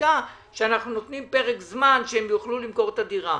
בחקיקה שאנחנו נותנים פרק זמן שהם יוכלו למכור את הדירה.